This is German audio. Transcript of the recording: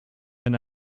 wenn